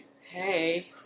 Hey